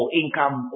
income